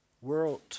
world